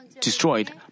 destroyed